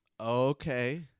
okay